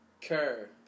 care